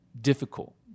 difficult